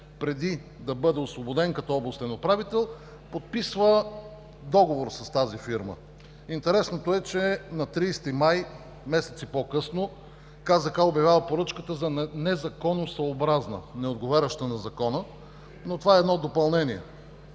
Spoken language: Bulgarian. преди да бъде освободен като областен управител, подписва договор с тази фирма. Интересното е, че на 30 май, месеци по-късно, КЗК обявява поръчката за незаконосъобразна, неотговаряща на Закона, но това е едно допълнение.